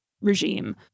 regime